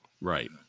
Right